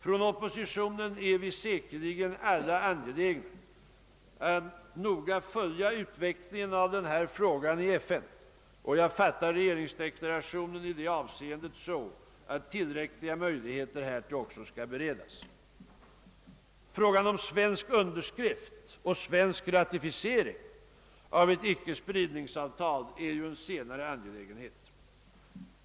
Inom oppositionen är vi säkerligen alla angelägna att noga följa utvecklingen av denna fråga i FN, och jag fattar regeringsdeklarationen i detta avseende så, att tillräckliga möjligheter härtill också skall beredas. Frågan om svensk underskrift och svensk ratificering av ett icke-spridningsavtal är en senare angelägenhet.